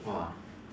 !wah!